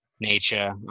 nature